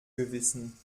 gewissen